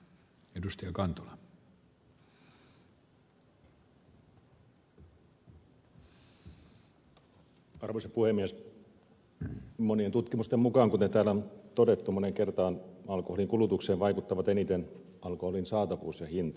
mo nien tutkimusten mukaan kuten täällä on todettu moneen kertaan alkoholin kulutukseen vaikuttavat eniten alkoholin saatavuus ja hinta